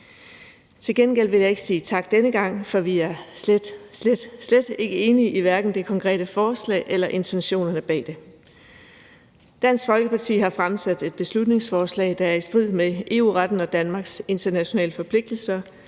Til gengæld vil jeg ikke sige tak denne gang, for vi er slet, slet ikke enige i hverken det konkrete forslag eller i intentionerne bag det. Dansk Folkeparti har fremsat et beslutningsforslag, der er i strid med EU-retten og Danmarks internationale forpligtelser